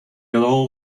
all